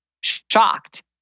shocked